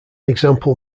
example